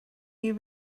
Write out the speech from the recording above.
you